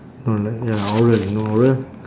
no like ya oral you know oral